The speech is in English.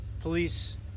police